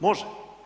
Može.